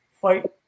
fight